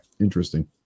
Interesting